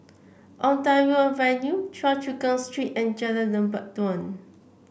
Ontario Avenue Choa Chu Kang Street and Jalan Lebat Daun